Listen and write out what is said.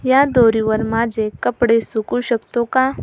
या दोरीवर माझे कपडे सुकवू शकतो का